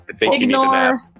Ignore